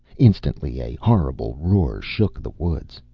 instantly a horrible roar shook the woods.